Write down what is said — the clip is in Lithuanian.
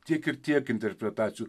tiek ir tiek interpretacijų